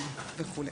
וכולי.